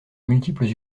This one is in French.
multiples